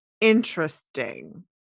interesting